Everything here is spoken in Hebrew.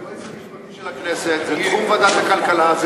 היועץ המשפטי של הכנסת, זה בתחום ועדת הכלכלה.